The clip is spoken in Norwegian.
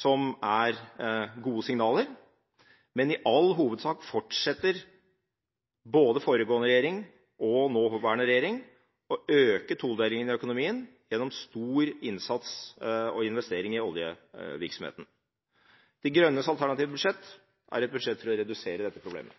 som er gode signaler. Men i all hovedsak fortsetter både foregående regjering og nåværende regjering å øke todelingen i økonomien gjennom stor innsats og investering i oljevirksomheten. Miljøpartiet De Grønnes alternative budsjett er et budsjett for å redusere dette problemet.